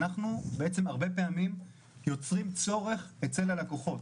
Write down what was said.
אנחנו הרבה פעמים יוצרים צורך אצל הלקוחות,